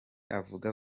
avuga